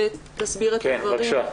שתסביר את הדברים.